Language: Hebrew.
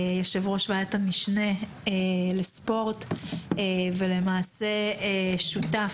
יושב ראש ועדת המשנה לספורט ולמעשה שותף